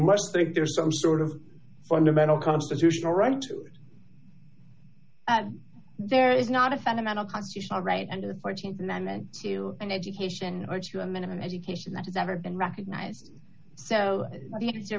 must think there's some sort of fundamental constitutional right to it there is not a fundamental constitutional right under the th amendment to an education or to a minimum education that has ever been recognized so